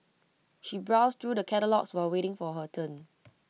she browsed through the catalogues while waiting for her turn